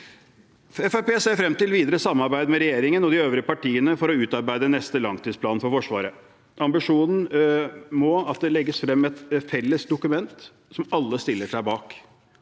ser frem til et videre samarbeid med regjeringen og de øvrige partiene for å utarbeide neste langtidsplan for Forsvaret. Ambisjonen må være at det legges frem et felles dokument som alle stiller seg bak,